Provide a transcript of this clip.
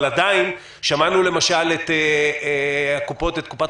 אבל עדיין שמענו למשל את נציג קופת